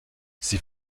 sie